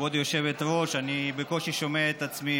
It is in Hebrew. כבוד היושבת-ראש, אני בקושי שומע את עצמי.